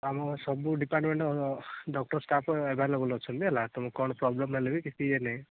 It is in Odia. ଆମର ସବୁ ଡିପାର୍ଟମେଣ୍ଟ୍ ଡକ୍ଟର୍ ଷ୍ଟାଫ୍ ଆଭେଲେବଲ୍ ଅଛନ୍ତି ହେଲା ତୁମକୁ କ'ଣ ପ୍ରୋବ୍ଲେମ୍ ହେଲେ ବି କିଛି ଇଏ ନାହିଁ